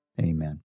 Amen